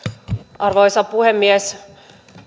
arvoisa puhemies